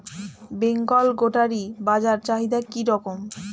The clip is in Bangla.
বেঙ্গল গোটারি বাজার চাহিদা কি রকম?